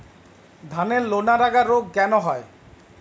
ধানের লোনা লাগা রোগ কেন হয়?